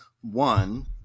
One